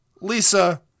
Lisa